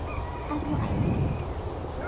ᱟᱨᱦᱚᱸ ᱟᱭᱢᱟᱜᱮ